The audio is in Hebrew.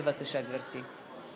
בבקשה, גברתי.